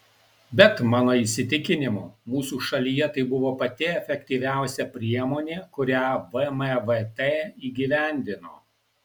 bet mano įsitikinimu mūsų šalyje tai buvo pati efektyviausia priemonė kurią vmvt įgyvendino